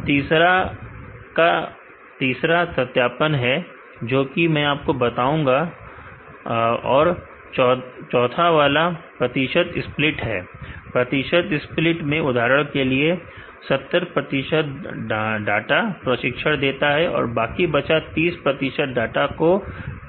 और तीसरा का सत्यापन है जो कि मैं आपको बताऊंगा और 14 वाला प्रतिशत स्प्लिट है प्रतिशत स्प्लिट में उदाहरण के लिए 70 प्रतिशत डाटा प्रशिक्षण देता है और बाकी बचा 30 प्रतिशत डाटा को